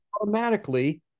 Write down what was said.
automatically